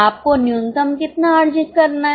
आपको न्यूनतम कितना अर्जित करना है